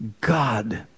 God